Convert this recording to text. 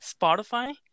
Spotify